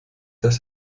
dass